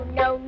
no